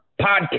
podcast